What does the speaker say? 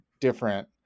different